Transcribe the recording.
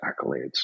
accolades